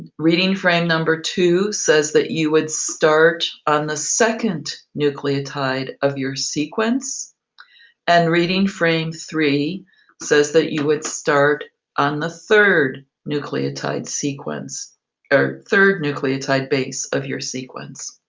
reading name number two says that you would start on the second nucleotide of your sequence and reading frame three says that you would start on the third nucleotide sequence or third nucleotide base of your sequence.